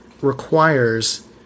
requires